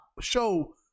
show